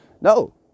No